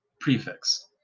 prefix